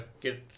get